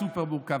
סופר-מורכב,